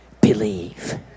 believe